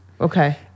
Okay